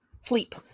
sleep